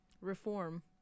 Reform